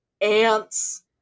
ants